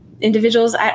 Individuals